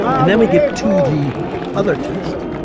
and then we get to the other test,